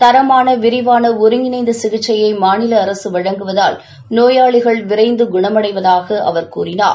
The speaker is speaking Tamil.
தரமான விரிவான ஒருங்கிணைந்த சிகிச்சையை மாநில அரசு வழங்குவதால் நோயாளிகள் விரைந்து குணமடைவதாக அவர் கூறினார்